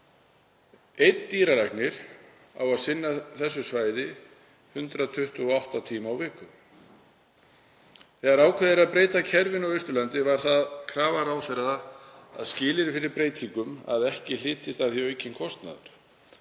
Einn dýralæknir á að sinna þessu svæði 128 tíma á viku. Þegar ákveðið var að breyta kerfinu á Austurlandi var það krafa ráðherra og skilyrði fyrir breytingum að ekki hlytist af því aukinn kostnaður.